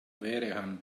vehrehan